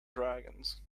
dragons